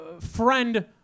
friend